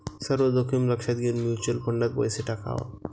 सर्व जोखीम लक्षात घेऊन म्युच्युअल फंडात पैसा टाकावा